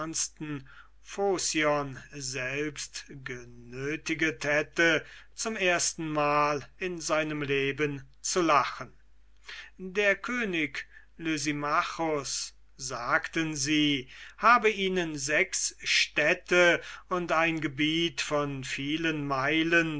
selbst genötiget hätte zum erstenmal in seinem leben zu lachen der könig lysimachus sagten sie habe ihnen sechs städte und ein gebiet von vielen meilen